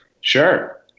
Sure